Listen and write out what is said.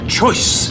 choice